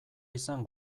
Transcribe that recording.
izan